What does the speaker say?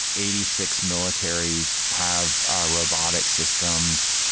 eighty six militaries have ah robotics systems.